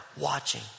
watching